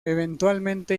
eventualmente